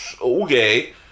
okay